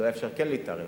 אולי אפשר כן להתערב,